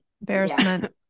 Embarrassment